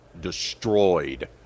destroyed